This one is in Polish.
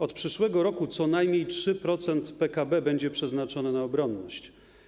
Od przyszłego roku co najmniej 3% PKB będzie przeznaczone na obronność.